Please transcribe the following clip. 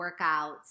workouts